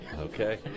okay